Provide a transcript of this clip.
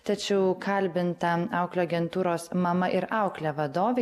tačiau kalbint ten auklių agentūros mama ir auklė vadovė